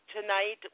tonight